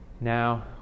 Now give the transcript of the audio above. now